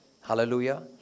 Hallelujah